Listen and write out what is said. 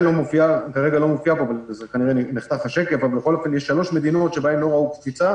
כנראה נחתך השקף אבל יש שלוש מדינות שבהן לא ראו קפיצה